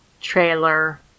trailer